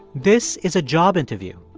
this is a job interview.